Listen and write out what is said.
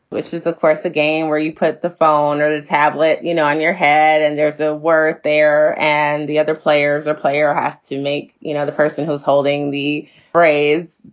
which is, of course, the game where you put the phone or the tablet, you know, on your head and there's a word there and the other players are player has to make, you know, the person who's holding the braids,